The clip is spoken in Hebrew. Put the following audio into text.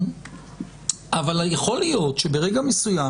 אבל יכול להיות שברגע מסוים,